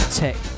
tech